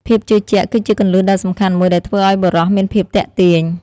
ភាពជឿជាក់ គឺជាគន្លឹះដ៏សំខាន់មួយដែលធ្វើឲ្យបុរសមានភាពទាក់ទាញ។